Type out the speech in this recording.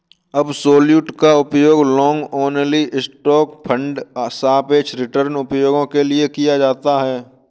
absolute का उपयोग long only stock fund सापेक्ष रिटर्न उपायों के लिए किया जाता है